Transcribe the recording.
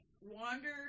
wandered